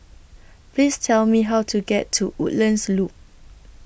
Please Tell Me How to get to Woodlands Loop